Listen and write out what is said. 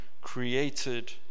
created